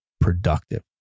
productive